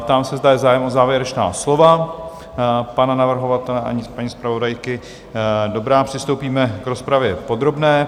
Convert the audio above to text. Ptám se, zda je zájem o závěrečná slova pana navrhovatele, ani paní zpravodajky, dobrá, přistoupíme k rozpravě podrobné.